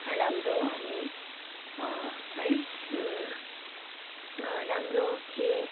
राम्रो अनि है राम्रो थिए